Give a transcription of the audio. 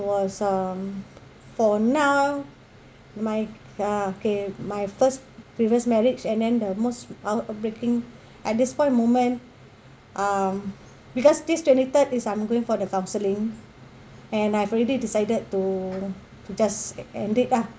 was uh for now my uh okay my first previous marriage and then most heartbreaking at this point moment um because this twenty third is I'm going for the counselling and I've already decided to to just end it lah